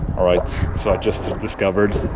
alright, so i just discovered.